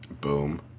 Boom